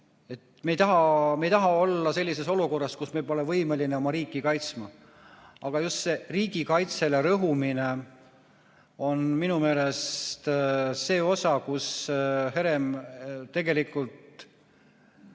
me ei taha olla sellises olukorras, kus me pole võimelised oma riiki kaitsma. Aga just see riigikaitsele rõhumine on minu meelest see osa, kus Herem tegelikult